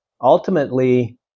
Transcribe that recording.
ultimately